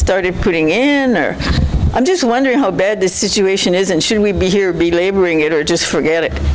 started putting in i'm just wondering how bad the situation is and should we be here be laboring it or just forget it